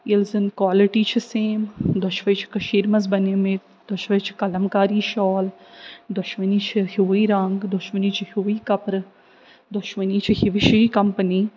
ییٚلہِ زن کالٹی چھِ سیم دۄشوَے چھِ کٔشیٖرِ منٛز بنیمٕتۍ دۄشوَے چھِ قلمکاری شال دۄشؤنی چھِ ہیُوٕے رنٛگ دۄشؤنی ہیُوٕے کپرٕ دۄشؤنی چھِ ہِوِشی کمپٔنی